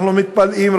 אנחנו מתפלאים,